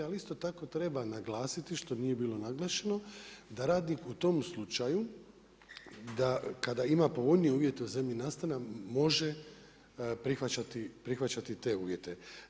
Ali isto tako treba naglasiti, što nije bilo naglašeno, da radnik u tome slučaju, da kada ima povoljnije uvijete u zemlji nastana može prihvaćati te uvijete.